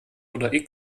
oder